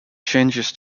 changes